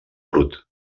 brut